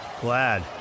Glad